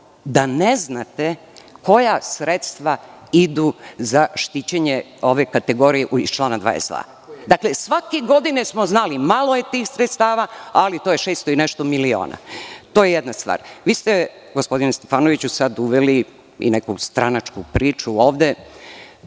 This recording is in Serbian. da ne znate koja sredstva idu za štićenje ove kategorije iz člana 22.Dakle, svake godine smo znali, malo je tih sredstava, ali to je 600 i nešto miliona. To je jedna stvar. Vi ste, gospodine Stefanoviću, sada uveli i neku stranačku priču ovde.